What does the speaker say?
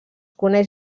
coneix